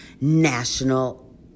National